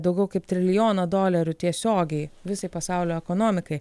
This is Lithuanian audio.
daugiau kaip trilijoną dolerių tiesiogiai visai pasaulio ekonomikai